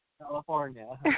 California